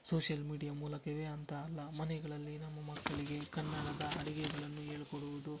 social media ಮೂಲಕವೇ ಅಂತ ಅಲ್ಲ ಮನೆಗಳಲ್ಲಿ ನಮ್ಮ ಮಕ್ಕಳಿಗೆ ಕನ್ನಡದ ಅಡುಗೆಗಳನ್ನು ಹೇಳ್ಕೊಡುವುದು